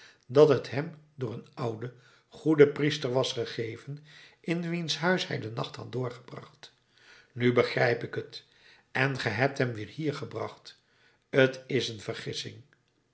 dat het hem door een ouden goeden priester was gegeven in wiens huis hij den nacht had doorgebracht nu begrijp ik het en ge hebt hem weer hier gebracht t is een vergissing